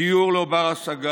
דיור לא בר-השגה